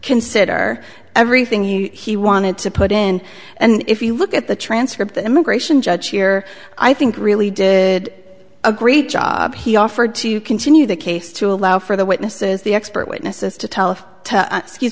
consider everything he wanted to put in and if you look at the transcript the immigration judge here i think really did a great job he offered to continue the case to allow for the witnesses the expert witnesses to tell me to